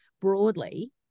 broadly